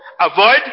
Avoid